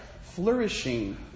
flourishing